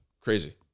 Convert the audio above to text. crazy